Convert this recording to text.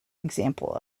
example